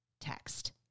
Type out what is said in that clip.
text